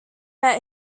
met